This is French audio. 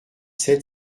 sept